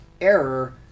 error